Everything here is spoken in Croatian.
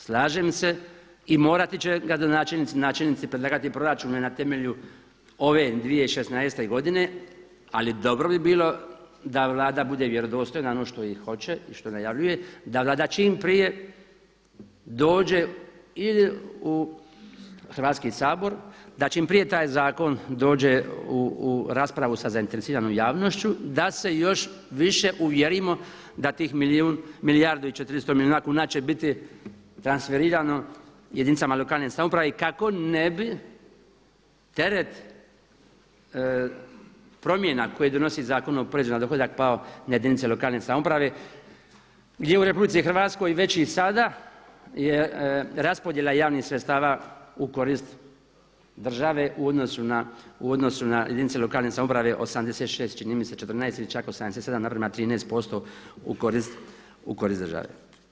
Slažem se i morati će gradonačelnici, načelnici predlagati proračune na temelju ove 2016. godine, ali dobro bi bilo da Vlada bude vjerodostojna ono što i hoće i što najavljuje, da Vlada čim prije dođe u Hrvatski sabor, da čim prije taj zakon dođe u raspravu sa zainteresiranom javnošću da se još više uvjerimo da tih milijardu i 400 milijuna kuna će biti transferirano jedinicama lokalne samouprave kako ne bi teret promjena koje donosi Zakon o porezu na dohodak pao na jedinice lokalne samouprave gdje u RH već i sada raspodjela javnih sredstava u korist države u odnosu na jedinice lokalne samouprave, 86 čini mi se 14 ili čak 87 naprema 13% u korist države.